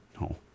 no